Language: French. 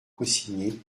cosigné